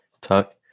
talk